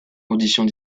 conditions